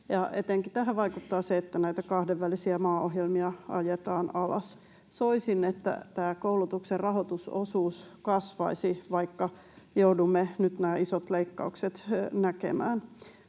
Etenkin tähän vaikuttaa se, että näitä kahdenvälisiä maaohjelmia ajetaan alas. Soisin, että tämä koulutuksen rahoitusosuus kasvaisi, vaikka joudumme nyt nämä isot leikkaukset näkemään.